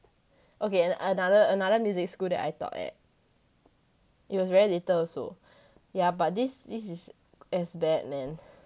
okay and another another music school that I taught at it was very little also ya but this this is as bad man